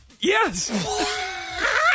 Yes